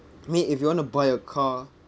mean if you want to buy a car